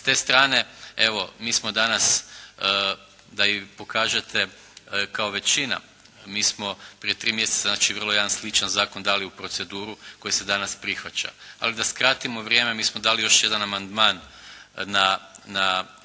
S te strane, evo mi smo danas da i pokažete kao većina, mi smo prije tri mjeseca znači vrlo jedan sličan zakon dali u proceduru koji se danas prihvaća. Ali da skratimo vrijeme, mi smo dali još jedan amandman na